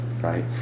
right